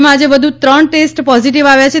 રાજ્યમાં આજે વધુ ત્રણ ટેસ્ટ પોઝીટીવ આવ્યા છે